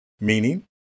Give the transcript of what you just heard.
meaning